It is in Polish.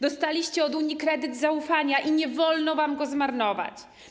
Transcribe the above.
Dostaliście od Unii kredyt zaufania i nie wolno wam go zmarnować.